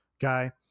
guy